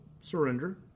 surrender